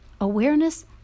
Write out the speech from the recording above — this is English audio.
awareness